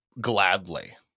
gladly